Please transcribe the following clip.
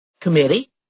Committee